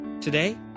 today